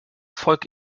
folk